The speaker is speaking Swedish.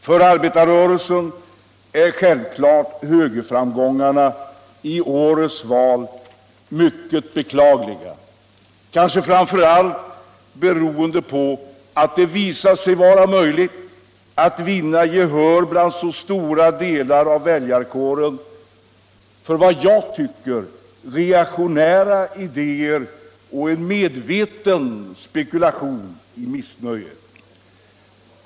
För arbetarrörelsen är självfallet högerframgångarna i årets val mycket beklagliga, kanske framför allt beroende på att det visar sig vara möjligt att vinna gehör bland så stora delar av väljarkåren för, som jag tycker, reaktionära idéer och en medveten spekulation i missnöje.